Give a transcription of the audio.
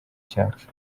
cyacu